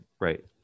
right